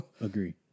agree